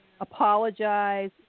apologize